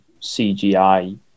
CGI